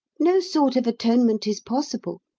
no sort of atonement is possible,